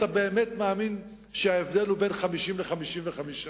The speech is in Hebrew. אתה באמת מאמין שההבדל הוא בין 50 ל-55?